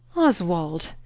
oswald,